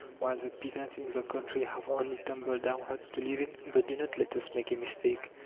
while the peasants in the country have only tumble-down huts to live in? but do not let us make a mistake.